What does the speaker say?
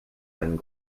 einen